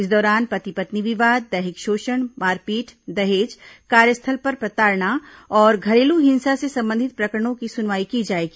इस दौरान पति पत्नी विवाद दैहिक शोषण मारपीट दहेज कार्यस्थल पर प्रताड़ना और घरेलू हिंसा से संबंधित प्रकरणों की सुनवाई की जाएगी